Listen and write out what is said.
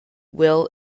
will